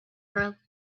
her